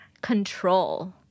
Control